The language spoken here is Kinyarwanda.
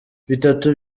bitatu